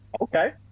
Okay